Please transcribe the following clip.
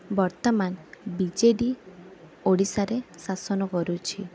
ବର୍ତ୍ତମାନ B J D ଓଡ଼ିଶାରେ ଶାସନ କରୁଛି